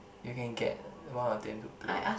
you can get one of them to play